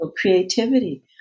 creativity